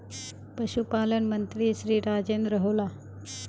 पशुपालन मंत्री श्री राजेन्द्र होला?